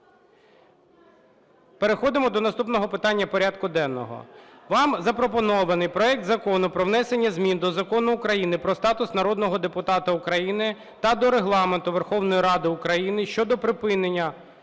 Переходимо до наступного питання порядку денного. Вам запропонований проект Закону про внесення змін до Закону України "Про статус народного депутата України" та до Регламенту Верховної Ради України щодо припинення